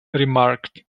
remarked